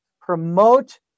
promote